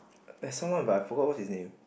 there's someone but I forgot what's his name